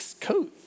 coat